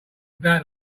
about